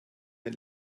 den